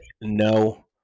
no